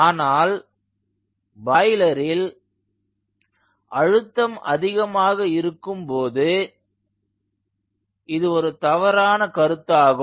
ஆனால் பாய்லரில் அழுத்தம் அதிகமாக இருக்கும்போது இது ஒரு தவறான கருத்தாகும்